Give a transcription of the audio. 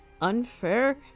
Unfair